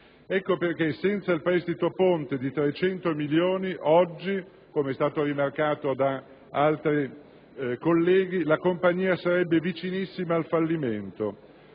Ecco perché senza il prestito ponte di 300 milioni, oggi - com'è stato rimarcato da altri colleghi - la compagnia sarebbe vicinissima al fallimento.